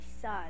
son